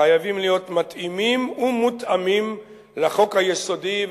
חייבים להיות מתאימים ומותאמים לחוק היסודי,